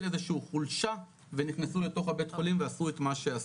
איזשהו חולשה ונכנסו לתוך הבית חולים ועשו את מה שעשו.